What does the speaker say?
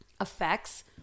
effects